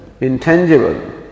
intangible